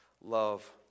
love